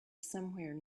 somewhere